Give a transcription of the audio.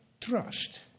Trust